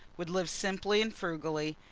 would live simply and frugally,